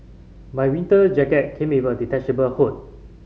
my winter jacket came with a detachable hood